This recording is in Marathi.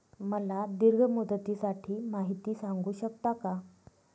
मला दीर्घ मुदतीसाठी माहिती सांगू शकता का?